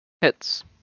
Hits